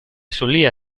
solia